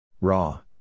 Raw